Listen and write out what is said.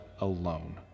alone